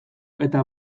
eta